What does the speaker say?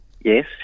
Yes